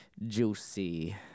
juicy